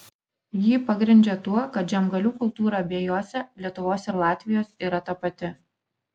jį pagrindžia tuo kad žemgalių kultūra abiejose lietuvos ir latvijos yra tapati